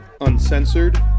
uncensored